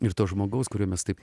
ir to žmogaus kurio mes taip